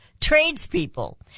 tradespeople